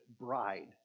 bride